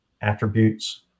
attributes